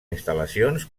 instal·lacions